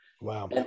Wow